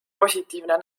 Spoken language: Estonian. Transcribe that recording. positiivne